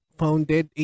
founded